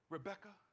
Rebecca